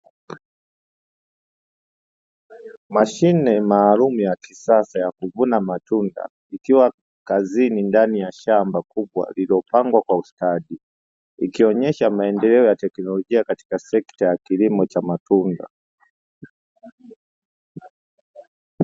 Mashine maalumu ya kisasa ya kuvuna matunda, ikiwa kazini ndani ya shamba kubwa lililopangwa kwa ustadi, ikionyesha maendeleo ya teknolojia katika sekta ya kilimo cha matunda.